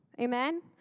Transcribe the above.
Amen